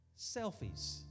Selfies